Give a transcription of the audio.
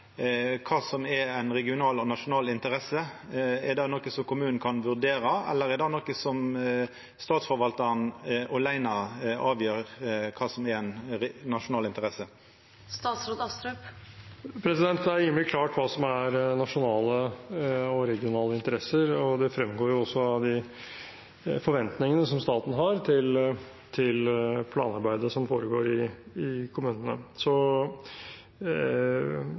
kommunen kan vurdera, eller avgjer Statsforvaltaren åleine kva som er ei nasjonal interesse? Det er rimelig klart hva som er nasjonale og regionale interesser, og det fremgår også av de forventningene som staten har til planarbeidet som foregår i kommunene, så